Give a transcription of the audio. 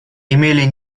имели